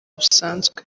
busanzwe